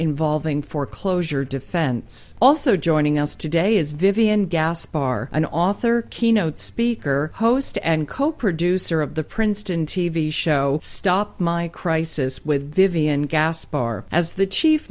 involving foreclosure defense also joining us today is vivian gasp are an author keynote speaker host and co producer of the princeton t v show stop my crisis with vivian caspar as the chief